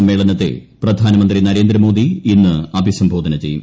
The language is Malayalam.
സമ്മേളനത്തെ പ്രധാനമന്ത്രി നരേന്ദ്രമോദി ഇന്ന് അഭിസംബോധന ചെയ്യും